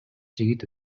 жигит